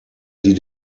die